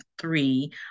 three